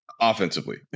offensively